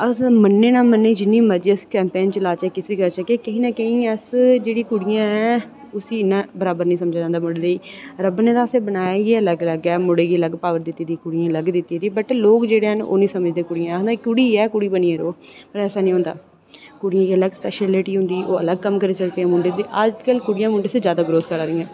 अस मन्ने जां नां मन्ने अस जिन्नी मर्जी कम्पलेन चलाचै किश बी चलाचै कहीं ना कहीं अस जेहड़ी कुडियां आं उस्सी इन्ना बराबर नेईं समझेआ जंदा कुड़ियें गी रब नै असेंगी बनाया गै अलग अलग मुड़े गी अलग पावर दित्ती दी मुड़े गी अलग पावर दित्ती दी बट लोग जेहड़े हैन ओह् नेईं समझदे कुडियें गी ओह् आखदे कुड़ी ऐ कुड़ी बनियै रौह् पर ऐसा नेईं होंदा कुड़ियें गी अलग फैसीलिटी होंदी कुडियें बी ओह् कम्म करी सकदियां अजकल कुडियां मुड़े शा जैदा ग्रोथ करै दियां